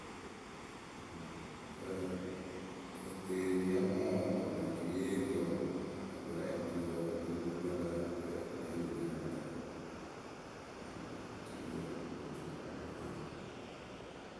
k- Ekeeri amaa ewetuyǝ yée ri wǝǝ, eweerɛɛyǝ yɨ kpii yɨ ŋ mɨ toŋ lǝ rɨ leh enimiyǝ la kɨtakǝ ŋ gbe ewetuyǝ, ewetuyǝ yée ri.